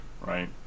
right